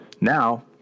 Now